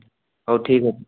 ହଉ ଠିକ୍ ଅଛି